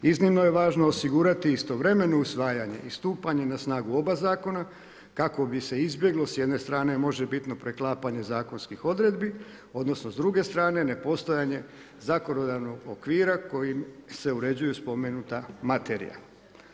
Iznimno je važno osigurati istovremeno usvajanje i stupanje na snagu oba zakona kako bi se izbjeglo s jedne strane možebitno preklapanje zakonskih odredbi odnosno s druge strane nepostojanje zakonodavnog okvira kojim se uređuje spomenuta materija.